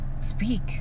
speak